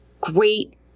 great